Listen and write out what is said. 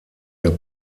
der